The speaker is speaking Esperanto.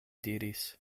diris